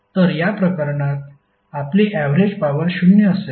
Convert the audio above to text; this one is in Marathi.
तर या प्रकरणात आपली ऍवरेज पॉवर 0 असेल